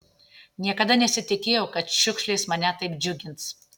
niekada nesitikėjau kad šiukšlės mane taip džiugins